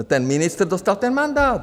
Ten ministr dostal ten mandát.